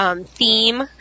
theme